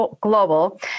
Global